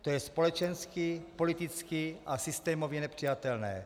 To je společensky, politicky a systémově nepřijatelné.